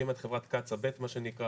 הקימה את חברה קצא"א ב' מה שנקרא,